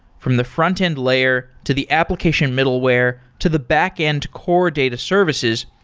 from the front-end layer to the application middleware to the backend core data services,